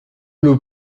nous